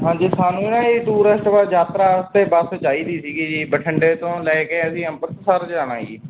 ਹਾਂਜੀ ਸਾਨੂੰ ਨਾ ਇਹ ਟੂਰਿਸਟ ਵਾ ਯਾਤਰਾ 'ਤੇ ਬੱਸ ਚਾਹੀਦੀ ਸੀਗੀ ਜੀ ਬਠਿੰਡੇ ਤੋਂ ਲੈ ਕੇ ਅਸੀਂ ਅੰਮ੍ਰਿਤਸਰ ਜਾਣਾ ਜੀ